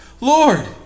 Lord